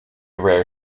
rare